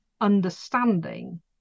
understanding